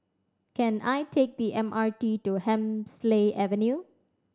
can I take the M R T to Hemsley Avenue